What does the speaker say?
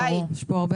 ברור, יש פה הרבה.